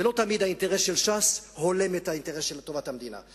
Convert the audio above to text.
ולא תמיד האינטרס של ש"ס הולם את האינטרס של טובת המדינה,